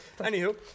Anywho